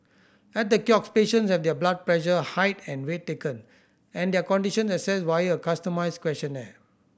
at the kiosk patients have their blood pressure height and weight taken and their condition assessed via a customised questionnaire